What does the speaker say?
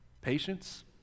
Patience